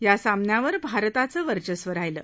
या सामन्यावर भारताचं वर्चस्व राहिलं